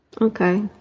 Okay